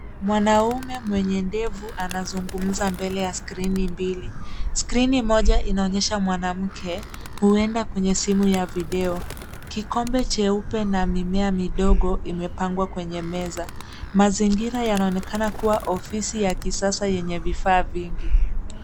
Mwanaume mwenye ndevu anazungumza mbele ya skrini mbili. Skrini moja inaonyesha mwanamke huenda kwenye simu ya video, kikombe cheupe na mimea midogo imepangwa kwenye meza. Mazingira yanaonekana kuwa ofisi ya kisasa yenye vifaa vingi.